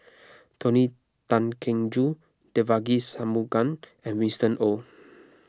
Tony Tan Keng Joo Devagi Sanmugam and Winston Oh